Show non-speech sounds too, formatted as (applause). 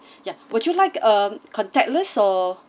(breath) ya would you like um contactless or